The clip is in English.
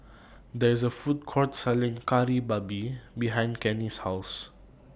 There IS A Food Court Selling Kari Babi behind Kenny's House